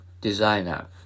designer